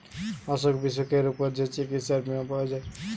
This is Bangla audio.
অসুখ বিসুখের উপর যে চিকিৎসার বীমা পাওয়া যায়